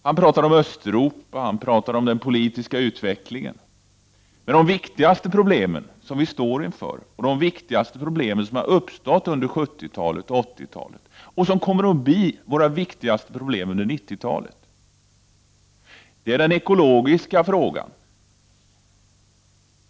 Han talade om Östeuropa och om den politiska utvecklingen, men de viktigaste problemen som vi står inför och som har uppstått under 1970-talet och 1980-talet och som kommer att bli våra viktigaste problem under 1990-talet är de ekologiska frågorna.